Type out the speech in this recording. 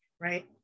right